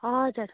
हजुर